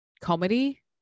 comedy